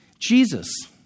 Jesus